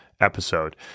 episode